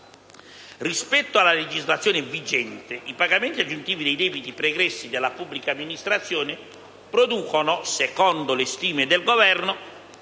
Rispetto alla legislazione vigente, i pagamenti aggiuntivi dei debiti pregressi della pubblica amministrazione producono, secondo le stime del Governo,